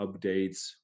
updates